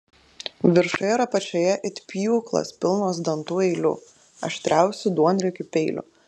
viršuje ir apačioje it pjūklas pilnos dantų eilių aštriausių duonriekių peilių